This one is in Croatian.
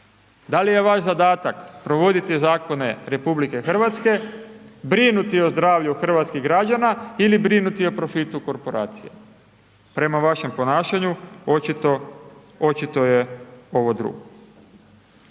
Da li je vaš zadatak provoditi zakone RH, brinuti o zdravlju hrvatskih građana ili brinuti o profitu korporacije? Prema vašem ponašanju očito je ovo drugo.